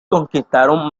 conquistaron